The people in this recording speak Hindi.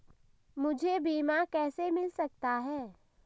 मुझे बीमा कैसे मिल सकता है?